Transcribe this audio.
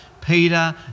Peter